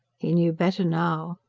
he knew better now.